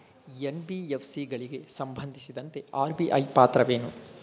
NBFC ಗಳಿಗೆ ಸಂಬಂಧಿಸಿದಂತೆ RBI ಪಾತ್ರವೇನು?